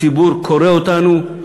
הציבור קורא אותנו,